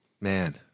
man